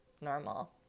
normal